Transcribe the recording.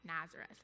Nazareth